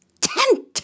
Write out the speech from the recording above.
tent